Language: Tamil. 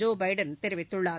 ஜோபைடன் தெரிவித்துள்ளார்